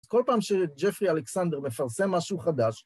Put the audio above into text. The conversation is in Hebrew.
כל פעם שג'פרי אלכסנדר מפרסם משהו חדש,